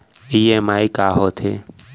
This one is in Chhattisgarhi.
ई.एम.आई का होथे?